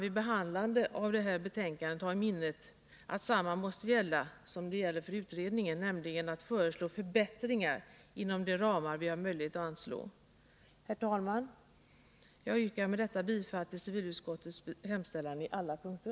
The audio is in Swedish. Vid behandlingen här i kammaren av detta betänkande bör man ha i minnet att samma regel som gäller för utredningen måste gälla här, nämligen att förbättringar måste föreslås inom de ramar vi har möjlighet att bestämma. Herr talman! Jag yrkar med detta bifall till civilutskottets hemställan på alla punkter.